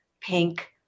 pink